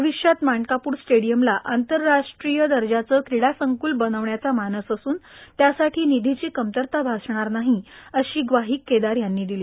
भविष्यात मानकापूर स्टेडियमला आंतरराष्ट्रीय दर्जाच क्रीडा संक्ल बनविण्याचा मानस असून त्यासाठी निधीची कमतरता भासणार नाही अशी ग्वाही केदार यांनी दिली